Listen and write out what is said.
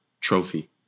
Trophy